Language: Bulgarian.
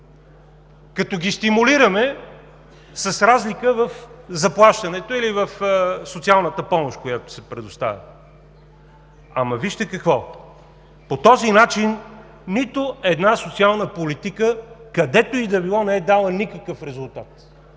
като ги стимулираме с разликата в заплащането или в социалната помощ, която се предоставя. Вижте какво, по този начин нито една социална политика, където и да било, не е дала никакъв резултат.